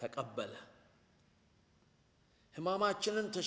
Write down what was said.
pick up but i'm on my children to